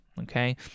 okay